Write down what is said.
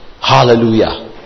Hallelujah